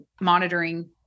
monitoring